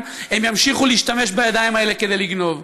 הם ימשיכו להשתמש בידיים האלה כדי לגנוב.